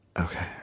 Okay